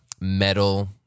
metal